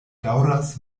daŭras